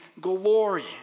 glory